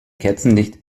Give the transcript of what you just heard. kerzenlicht